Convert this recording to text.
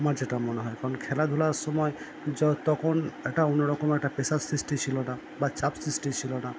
আমার যেটা মনে হয় কারণ খেলাধুলার সময় তখন একটা অন্যরকম একটা প্রেসার সৃষ্টি ছিলো না বা চাপ সৃষ্টি ছিল না